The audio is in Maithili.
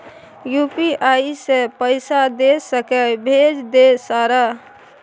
यु.पी.आई से पैसा दे सके भेज दे सारा?